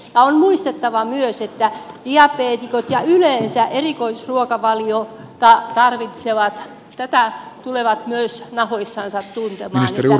on muistettava myös että myös diabeetikot ja yleensä erikoisruokavaliota tarvitsevat tulevat tämän nahoissansa tuntemaan